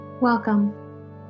Welcome